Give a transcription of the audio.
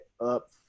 up